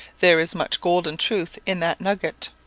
there is much golden truth in that nugget.